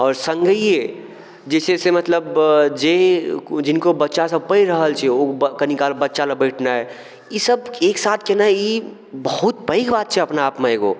आओर सङ्गे जे छै से मतलब जे जिनको बच्चा सब पढ़ि रहल छै ओ कनी काल बच्चा लग बैठनाइ ई सब एकसाथ केनाइ ई बहुत पैघ बात छै अपना आपमे एगो